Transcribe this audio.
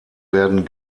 werden